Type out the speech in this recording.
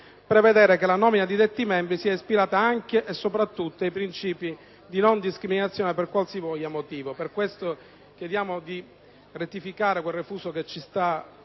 prevedere che la nomina di detti membri sia ispirata anche e soprattutto ai principi di non discriminazione per qualsivoglia motivo. Per questo, chiediamo di rettificare il refuso contenuto